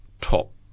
top